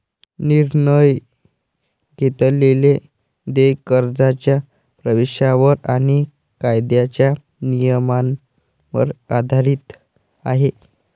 निर्णय घेतलेले देय कर्जाच्या प्रवेशावर आणि कायद्याच्या नियमांवर आधारित आहे